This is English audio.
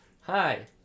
Hi